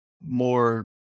more